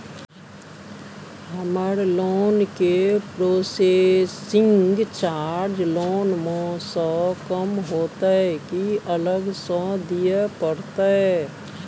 हमर लोन के processing charge loan म स कम होतै की अलग स दिए परतै?